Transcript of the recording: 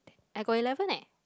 I got eleven eh